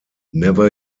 never